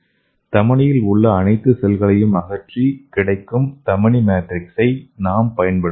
தமனியில் உள்ள அனைத்து செல்களையும் அகற்றி கிடைக்கும் தமனி மேட்ரிக்ஸை நாம் பயன்படுத்தலாம்